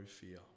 fear